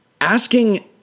asking